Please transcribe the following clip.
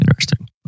Interesting